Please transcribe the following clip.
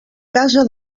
casa